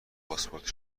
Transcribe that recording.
پاسپورت